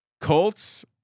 Colts